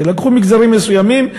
שלקחו מגזרים מסוימים,